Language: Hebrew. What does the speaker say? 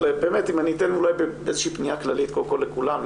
אם אתן איזו שהיא פניה כללית פה לכולם,